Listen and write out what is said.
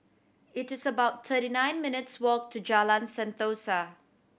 it is about thirty nine minutes' walk to Jalan Sentosa